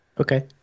Okay